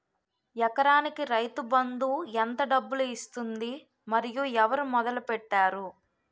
ఎకరానికి రైతు బందు ఎంత డబ్బులు ఇస్తుంది? మరియు ఎవరు మొదల పెట్టారు?